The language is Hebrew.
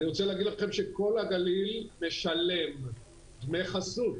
כל הגליל משלם דמי חסות,